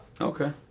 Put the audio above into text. Okay